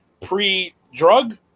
pre-drug